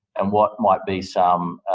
and what might be some